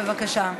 בבקשה.